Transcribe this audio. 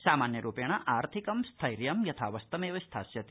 सामान्य रूपेण आर्थिक स्थैर्य यथावस्थमेव स्थास्यति